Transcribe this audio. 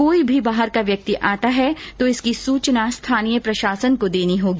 कोई भी बाहर का व्यक्ति आता है तो इसकी सूचना स्थानीय प्रशासन को देनी होगी